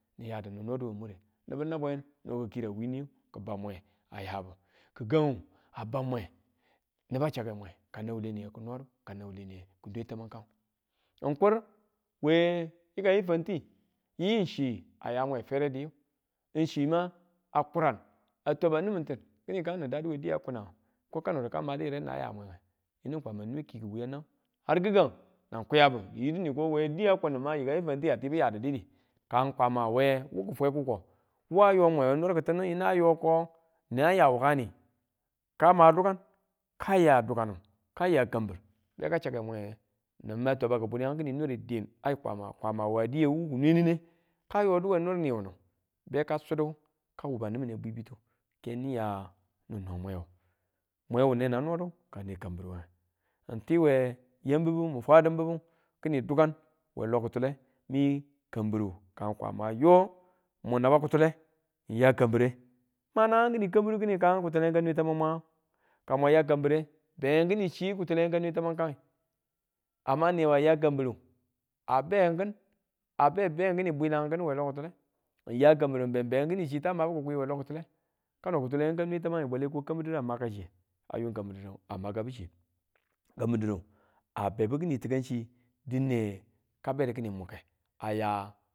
Niyadu nin noduwe mure nibu nabwe a no kikira winiyu ki bau mwe a yaba kigangu a bau mwe niba chake mwe ka nang wule niye kinodu kanang wule niye ki nwe tamang kangu, n kur we yikayu fanti yiyu chi a mwe fere di chima a kuran a twaba nimin tin kini kan nin dadu we diya kanangu, ko kanangu nang madi yire nang ya mwe yinu Kwama nwe kiku wiyang nang ar gigang nan kuyabu ni yi ko yo diya kun ma yikaiyu fanti a tibu yadu didi, kaan Kwama we wu a fwe kuko wu a yo mwe we nir kitinin yina yoko naan ya wukani ka ma dukan ka ya dukanu ka ya kambiru beka chake mwe nin ma twabaku buniyangu kini niru diin ai kwama kwama we diyewu ku nwe nine, ka yodu we nir niwu beka sudu ka wuba nimine bwibitu ke nin ya nin no mwe wu mwe nenag nodu kane kambir wenge, n ti we yam bibu min fwadim bibu kini dukan we lo kitule mi kambiru kan kwama yo mun naba kitule n ya kambire, ma naang kini kambiru kini kaang kitule ka nwe taman mang ka mwa ya kambire beng kini chi kitule tamang kange amma niwa ya kambiru a be ki̱n a be, be kini be kini bwilang ki̱n we lokutile n ya kambiru n be, ben kini chita mabu kikwi we lokitule kano kitule ka mwe tamanga bwale ko kambiru didu a maka chiye a yung kambir didu a maka bu chi kanbir didu a bebu kini tikan chi dine ka bedu kini muke a ya.